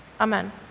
Amen